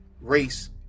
race